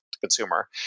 consumer